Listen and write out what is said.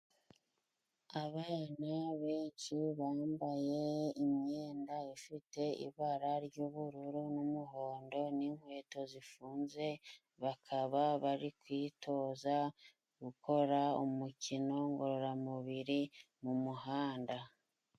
Abana benshi bambaye imyenda ifite ibara ry'ubururu n'umuhondo, n'inkweto zifunze, bakaba bari kwitoza gukora umukino ngororamubiri mu muhanda.